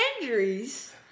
injuries